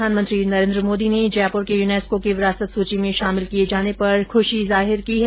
प्रधानमंत्री नरेंद्र मोदी ने जयपुर के यूनेस्को की विरासत सूची में शामिल किये जाने पर खुषी जाहिर की है